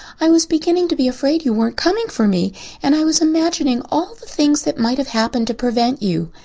i was beginning to be afraid you weren't coming for me and i was imagining all the things that might have happened to prevent you.